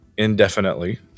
indefinitely